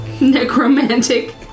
Necromantic